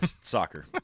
soccer